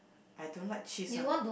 I don't like cheese one